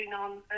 on